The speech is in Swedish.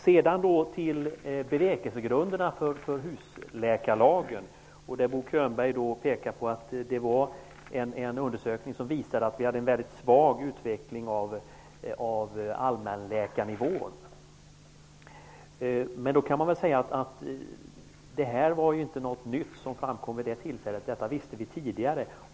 När det gäller bevekelsegrunderna för husläkarlagen pekade Bo Könberg på en undersökning som visade att vi hade en mycket svag utveckling av allmänläkarnivån. Detta var inget nytt som framkom. Det visste vi sedan tidigare.